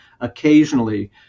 occasionally